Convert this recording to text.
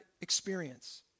experience